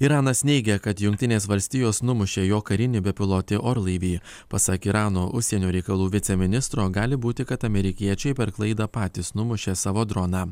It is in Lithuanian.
iranas neigia kad jungtinės valstijos numušė jo karinį bepilotį orlaivį pasak irano užsienio reikalų viceministro gali būti kad amerikiečiai per klaidą patys numušė savo droną